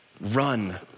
run